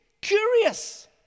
curious